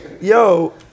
yo